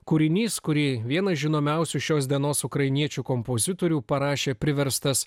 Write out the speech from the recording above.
kūrinys kurį vienas žinomiausių šios dienos ukrainiečių kompozitorių parašė priverstas